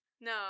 No